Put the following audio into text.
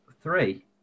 three